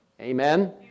Amen